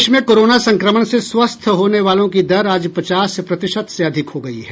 देश में कोरोना संक्रमण से स्वस्थ होने वालों की दर आज पचास प्रतिशत से अधिक हो गई है